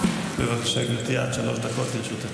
בבקשה, גברתי, עד שלוש דקות לרשותך.